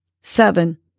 seven